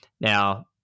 now